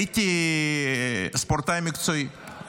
הייתי ספורטאי מקצועי,